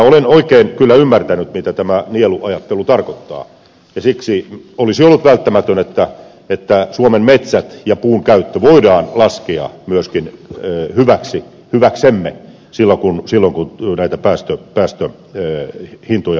olen kyllä oikein ymmärtänyt mitä tämä nieluajattelu tarkoittaa ja siksi olisi ollut välttämätöntä että myöskin suomen metsät ja puunkäyttö voidaan laskea hyväksemme silloin kun päästöhintoja määritellään